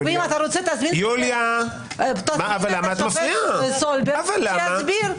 ואם אתה רוצה, תזמין את השופט סולברג להסביר.